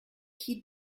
qui